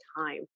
time